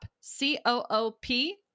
C-O-O-P